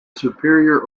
superior